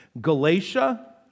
Galatia